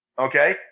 Okay